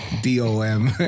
d-o-m